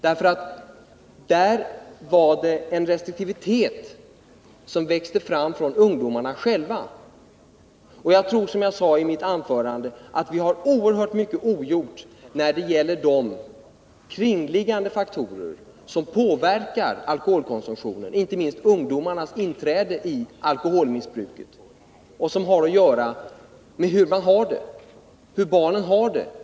Där var det fråga om en restriktivitet som växte fram bland ungdomarna själva. Som jag sade i mitt tidigare anförande tror jag att vi har oerhört mycket ogjort i fråga om de kringliggande faktorer som påverkar alkoholkonsumtionen, inte minst när det gäller hur ungdomarna börjar sitt alkoholmissbruk, som ju har att göra med hur barnen i vårt land har det.